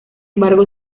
embargo